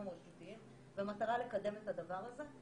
הרשותיים במטרה לקדם את הדבר הזה.